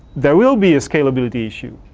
there will be a scalability issue,